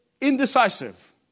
indecisive